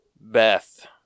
Beth